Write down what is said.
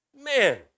Man